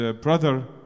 brother